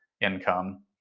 income